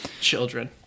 children